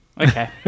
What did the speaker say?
Okay